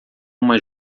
uma